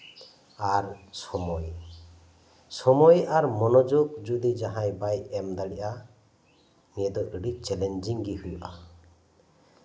ᱟᱨ ᱥᱚᱢᱚᱭ ᱥᱚᱢᱚᱭ ᱟᱨ ᱢᱚᱱᱚᱡᱳᱜᱽ ᱡᱩᱫᱤ ᱡᱟᱦᱟᱸᱭ ᱵᱟᱭ ᱮᱢ ᱫᱟᱲᱮᱭᱟᱜᱼᱟ ᱱᱤᱭᱟᱹ ᱫᱚ ᱟᱹᱰᱤ ᱪᱮᱞᱮᱧᱡᱤᱝ ᱜᱮ ᱦᱩᱭᱩᱜᱼᱟ